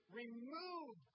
remove